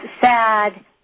sad